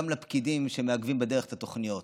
גם לפקידים שמעכבים בדרך את התוכניות,